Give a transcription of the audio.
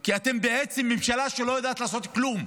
כי אתם בעצם ממשלה שלא יודעת לעשות כלום.